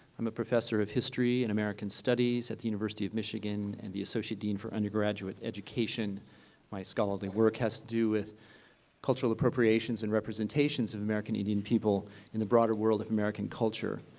i'm a professor of history and american studies at the university of michigan and the associate dean for undergraduate education my scholarly work has to do with cultural appropriations and representations of american indian people in the broader world of american culture.